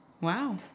Wow